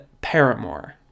Paramore